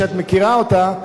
שאת מכירה אותה,